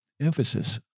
emphasis